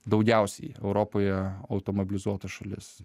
daugiausiai europoje automobilizuota šalis